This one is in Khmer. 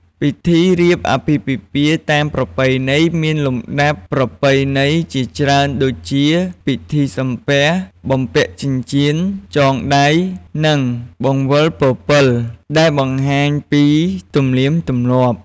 ពិធីរៀបអាពាហ៍ពិពាហ៍តាមប្រពៃណីមានលំដាប់ប្រពៃណីជាច្រើន ដូចជា ពិធីសំពះ បំពាក់ចិញ្ចៀន ចងដៃ និងបង្វិលពពិល ដែលបង្ហាញពី ទំនៀមទម្លាប់។